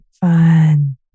Fun